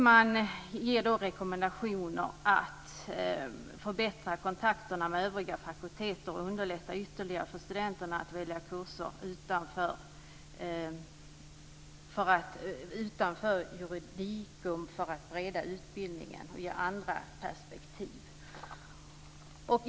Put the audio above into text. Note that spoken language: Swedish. Man rekommenderar då att underlätta kontakten med övriga fakulteter och för studenterna att välja kurser utanför juridiken för att bredda utbildningen och ge andra perspektiv.